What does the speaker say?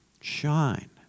shine